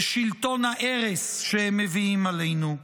בשלטון ההרס שהם מביאים עלינו.